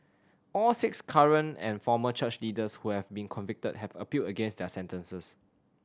all six current and former church leaders who have been convicted have appealed against their sentences